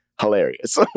hilarious